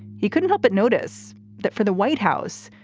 he couldn't help but notice that for the white house,